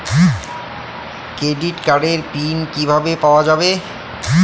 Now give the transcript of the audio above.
Credit কার্ডের PIN কিভাবে পাওয়া যাবে?